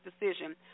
decision